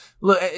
Look